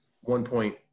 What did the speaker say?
one-point